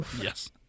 Yes